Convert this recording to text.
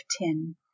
tin